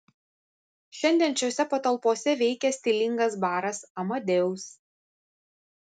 šiandien šiose patalpose veikia stilingas baras amadeus